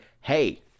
Hey